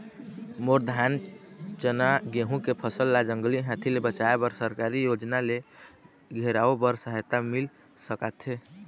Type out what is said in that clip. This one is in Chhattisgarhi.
मोर धान चना गेहूं के फसल ला जंगली हाथी ले बचाए बर सरकारी योजना ले घेराओ बर सहायता मिल सका थे?